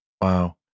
wow